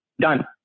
Done